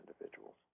individuals